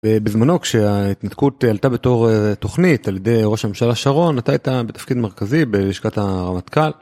בזמנו כשההתנתקות עלתה בתור תוכנית על ידי ראש הממשלה שרון, אתה היית בתפקיד מרכזי בלשכת הרמטכ״ל...